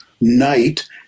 Night